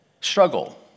struggle